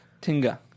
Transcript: Tinga